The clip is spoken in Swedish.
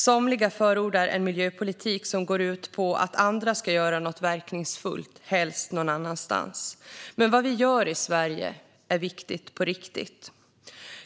Somliga förordar en miljöpolitik som går ut på att andra ska göra något verkningsfullt, helst någon annanstans. Men vad vi gör i Sverige är viktigt på riktigt.